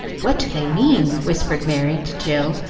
what do they mean? whispered merry to jill,